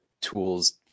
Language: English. tools